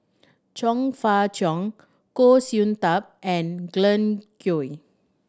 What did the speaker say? Chong Fah Cheong Goh Sin Tub and Glen Goei